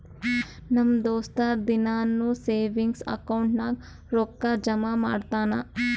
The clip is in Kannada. ನಮ್ ದೋಸ್ತ ದಿನಾನೂ ಸೇವಿಂಗ್ಸ್ ಅಕೌಂಟ್ ನಾಗ್ ರೊಕ್ಕಾ ಜಮಾ ಮಾಡ್ತಾನ